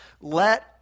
Let